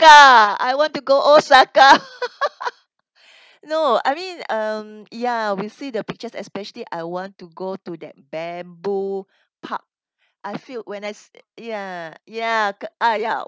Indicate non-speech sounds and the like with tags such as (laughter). I want to go osaka (laughs) (breath) no I mean um ya we see the pictures especially I want to go to that bamboo park I feel when I s~ ya ya co~ ah ya